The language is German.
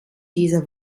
dieser